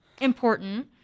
important